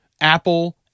Apple